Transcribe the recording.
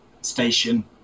station